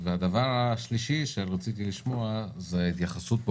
והדבר השלישי שרציתי לשמוע זה ההתייחסות,